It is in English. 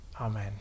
amen